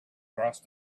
crossed